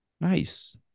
nice